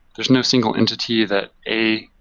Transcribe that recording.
there's no single entity that a,